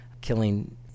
killing